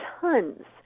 tons